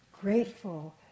grateful